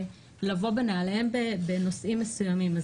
לבוא בנעליהם בנושאים מסוימים.